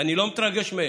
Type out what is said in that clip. ואני לא מתרגש מהם,